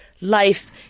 life